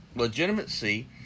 legitimacy